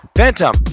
Phantom